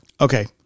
Okay